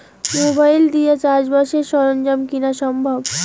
Mobile দিয়া কি চাষবাসের সরঞ্জাম কিনা সম্ভব?